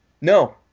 No